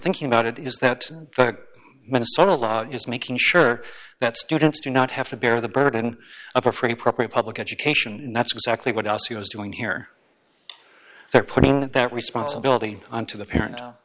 thinking about it is that the minnesota law is making sure that students do not have to bear the burden of a free property public education and that's exactly what else he was doing here they're putting that responsibility onto the parent